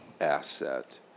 asset